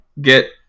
get